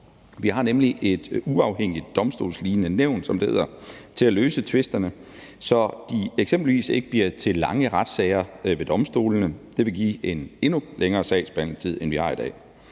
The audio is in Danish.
Vi har nemlig et uafhængigt domstolslignende nævn, som det hedder, til at løse tvisterne, så de eksempelvis ikke bliver til lange retssager ved domstolene, hvilket vil give en endnu længere sagsbehandlingstid, end vi har i dag.